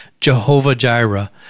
Jehovah-Jireh